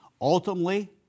Ultimately